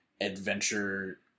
adventure